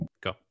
Go